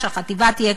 שהחטיבה תהיה,